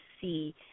see